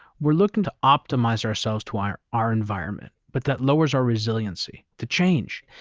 we're looking to optimize ourselves to our our environment, but that lowers our resiliency to change.